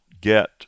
get